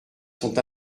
sont